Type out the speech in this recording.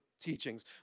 teachings